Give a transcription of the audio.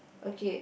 okay